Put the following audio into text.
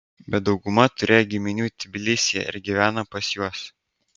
bet dauguma turėjo giminių tbilisyje ir gyvena pas juos